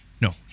no